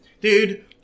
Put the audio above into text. Dude